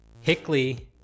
Hickley